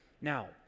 Now